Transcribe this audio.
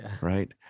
right